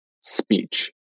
speech